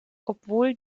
obwohl